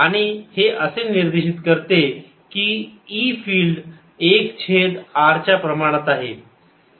आणि हे असे निर्देशित करते की E फिल्ड 1 छेद r च्या प्रमाणात आहे